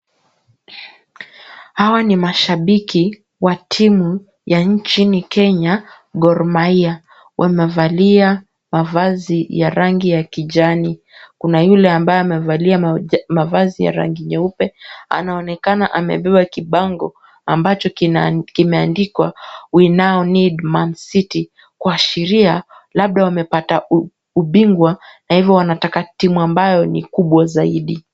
Hawa ni mashabiki wa timu ya nchini Kenya Gor Mahia, wamevalia mavazi ya rangi ya kijani, kuna yule ambaye amevalia mavazi ya rangi nyeupe, anaonekana amebeba kibango ambacho kimeandikwa we now need Mancity , kuashiria labda wamepata ubingwa na hivyo wanataka timu ambayo ni kubwa zaidi.